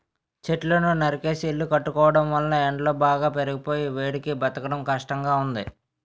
చెట్లను నరికేసి ఇల్లు కట్టుకోవడం వలన ఎండలు బాగా పెరిగిపోయి వేడికి బ్రతకడం కష్టంగా ఉంది